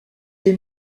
des